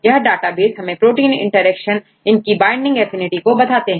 यह डाटाबेस हमें protein interaction इनकी बाइंडिंग एफिनिटी को बताते हैं